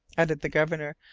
added the governor,